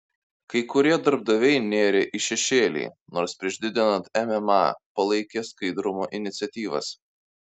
kai kurie darbdaviai nėrė į šešėlį nors prieš didinant mma palaikė skaidrumo iniciatyvas